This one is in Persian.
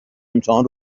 امتحان